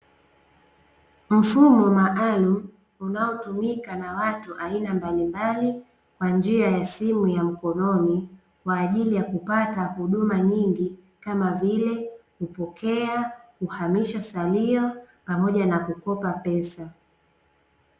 Mfumo maalumu unaotumika na watu aina mbalimbali kwa njia ya simu ya mkononi kwa ajili ya kupata huduma nyingi, kama vile kupokea, kuhamisha salio pamoja na kukopa pesa.